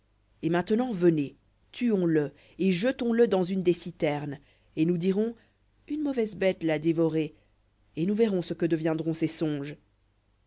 et maintenant venez tuons le et jetons le dans une des citernes et nous dirons une mauvaise bête l'a dévoré et nous verrons ce que deviendront ses songes